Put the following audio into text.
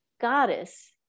goddess